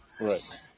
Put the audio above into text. Right